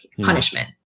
punishment